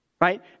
Right